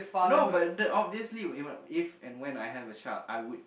no but the obviously if and when I have a child I would